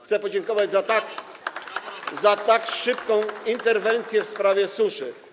Chcę podziękować za tak szybką interwencję w sprawie suszy.